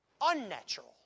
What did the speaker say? unnatural